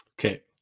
Okay